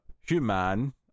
human